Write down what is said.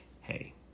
hey